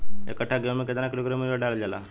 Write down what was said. एक कट्टा गोहूँ में केतना किलोग्राम यूरिया डालल जाला?